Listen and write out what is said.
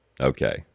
Okay